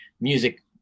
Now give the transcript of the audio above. music